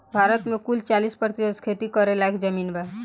भारत मे कुल चालीस प्रतिशत खेती करे लायक जमीन बा